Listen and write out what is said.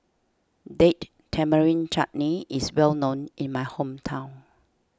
Date Tamarind Chutney is well known in my hometown